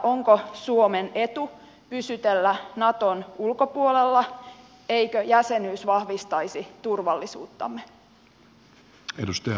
onko suomen etu pysytellä naton ulkopuolella eikö jäsenyys vahvistaisi turvallisuuttamme